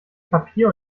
papier